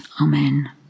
Amen